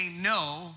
no